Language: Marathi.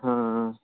हां